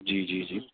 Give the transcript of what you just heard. جی جی جی